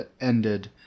ended